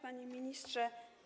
Panie Ministrze!